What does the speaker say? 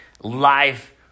life